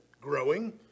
growing